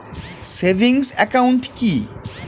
Savings account কি?